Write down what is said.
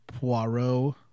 Poirot